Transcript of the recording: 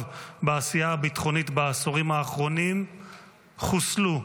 בעשייה הביטחונית בעשורים האחרונים חוסלו: